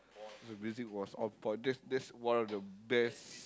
the music was on point that's that's one of the best